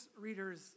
readers